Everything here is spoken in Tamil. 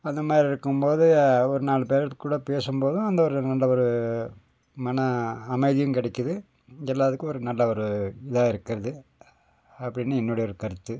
அந்தமாதிரி இருக்கும்போது ஒரு நாலு பேர்க்கூட பேசும்போதும் அந்த ஒரு நல்ல ஒரு மன அமைதியும் கிடைக்கிது எல்லாத்துக்கும் ஒரு நல்ல ஒரு இதாக இருக்கிறது அப்படின்னு என்னுடைய ஒரு கருத்து